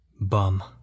Bum